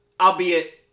albeit